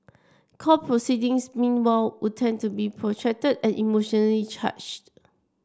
court proceedings meanwhile would tend to be protracted and emotionally charged